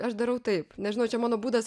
aš darau taip nežinau čia mano būdas